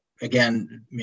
again